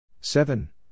Seven